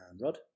Rod